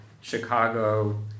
Chicago